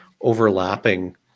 overlapping